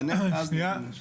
שיענה קודם.